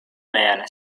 man